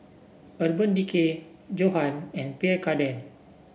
Urban Decay Johan and Pierre Cardin